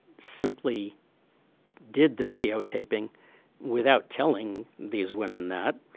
simply did the videotaping without telling these women that